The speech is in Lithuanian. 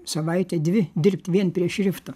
savaitę dvi dirbt vien prie šrifto